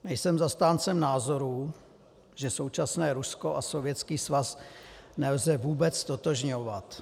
Nejsem zastáncem názoru, že současné Rusko a Sovětský svaz nelze vůbec ztotožňovat.